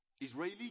israeli